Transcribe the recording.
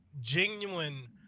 genuine